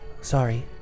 Sorry